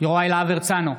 יוראי להב הרצנו,